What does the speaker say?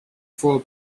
for